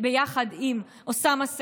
יחד עם אוסאמה סעדי,